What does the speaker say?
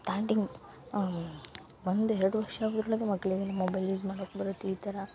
ಬಂದು ಎರಡು ವರ್ಷ ಆಗಿ ಕೂಡ್ಲೆನೆ ಮಕ್ಕಳಿಗೆ ಮೊಬೈಲ್ ಯೂಸ್ ಮಾಡಕ್ಕೆ ಬರುತ್ತೆ ಈ ಥರ